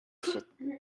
she